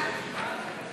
נגד יעקב ליצמן,